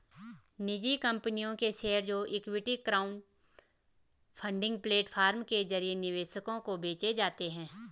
निजी कंपनियों के शेयर जो इक्विटी क्राउडफंडिंग प्लेटफॉर्म के जरिए निवेशकों को बेचे जाते हैं